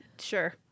Sure